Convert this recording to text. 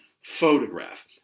Photograph